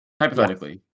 Hypothetically